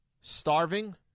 starving